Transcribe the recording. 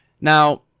Now